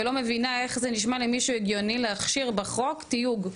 ולא מבינה איך זה נשמע למישהו הגיוני להכשיר בחוק תיוג.